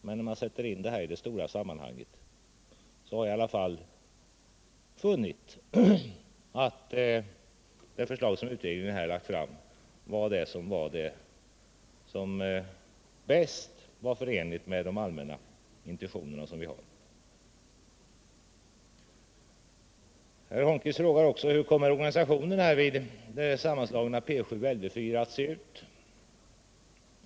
Men i det stora sammanhanget har jag ialla fall funnit att det förslag som utredningen har lagt fram är bäst förenligt med de allmänna intentioner som vi har. Herr Holmqvist frågade också hur organisationen i det sammanslagna P 7/ Lv 4 kommer att se ut.